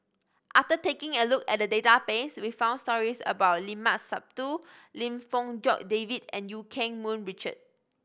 after taking a look at the database we found stories about Limat Sabtu Lim Fong Jock David and Eu Keng Mun Richard